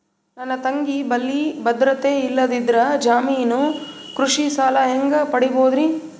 ನನ್ನ ತಂಗಿ ಬಲ್ಲಿ ಭದ್ರತೆ ಇಲ್ಲದಿದ್ದರ, ಜಾಮೀನು ಕೃಷಿ ಸಾಲ ಹೆಂಗ ಪಡಿಬೋದರಿ?